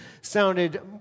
sounded